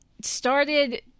started